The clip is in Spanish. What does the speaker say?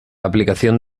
aplicación